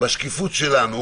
בשקיפות שלנו